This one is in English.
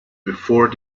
before